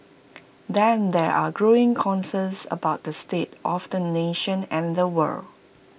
then there are growing concerns about the state of the nation and the world